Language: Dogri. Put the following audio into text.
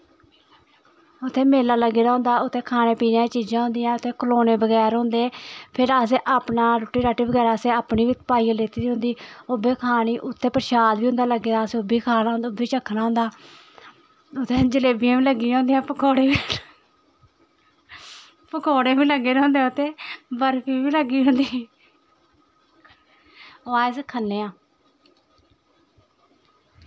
उत्थै मेला लग्गे दा होंदा उत्थै खाने पीनें दी चीजां होंदियां उत्थै खलौने बगैरा होंदे फिर असें अपना रुट्टी रट्टी अपनी बा पाइयै लैती दी होंदी ओह् बी खानी उत्थै परशाद बी होंदा लग्गे दा असें ओह् खाना ओह्बी चक्खना होंदा उत्थै जलेबियां बी लग्गी दियां होंदियां पकौड़े बी पकौड़े बी लग्गे दे होंदे उत्थै बर्फी बी लग्गी दी होंदी ओह् अस खन्ने आं